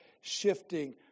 shifting